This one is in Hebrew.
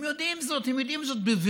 הם יודעים זאת בבירור.